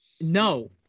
No